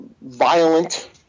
violent